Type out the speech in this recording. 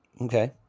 Okay